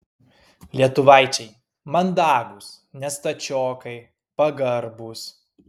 lietuvaičiai mandagūs ne stačiokai pagarbūs